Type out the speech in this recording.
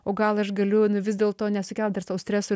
o gal aš galiu nu vis dėlto nesukelt dar sau streso ir